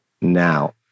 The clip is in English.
now